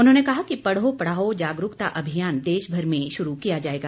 उन्होंने कहा कि पढ़ो पढ़ाओ जागरुकता अभियान देशभर में शुरू किया जाएगा